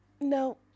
No